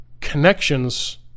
connections